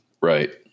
right